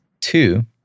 Two